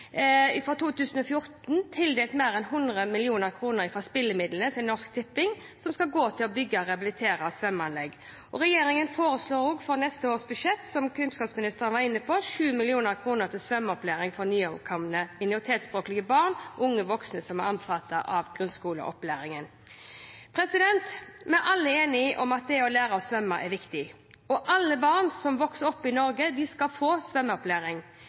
2014 tildelt mer enn 100 mill. kr av Norsk Tippings spillemidler, som skal gå til å bygge og rehabilitere svømmeanlegg. Regjeringen foreslår også på neste års budsjett, som kunnskapsministeren var inne på, 7 mill. kr til svømmeopplæring for nyankomne minoritetsspråklige barn, unge og voksne som er omfattet av grunnskoleopplæringen. Vi er alle enig i at det å lære å svømme er viktig, og at alle barn som vokser opp i Norge, skal få svømmeopplæring.